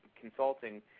consulting